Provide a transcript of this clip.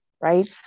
right